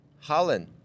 Holland